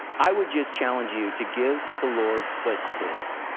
i would just challenge you to give the lord what's his,